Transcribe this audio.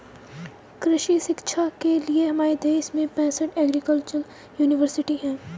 कृषि शिक्षा के लिए हमारे देश में पैसठ एग्रीकल्चर यूनिवर्सिटी हैं